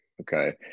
okay